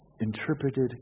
interpreted